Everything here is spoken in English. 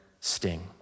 sting